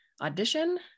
Audition